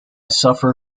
suffer